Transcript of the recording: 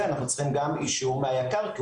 נפלא.